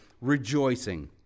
rejoicing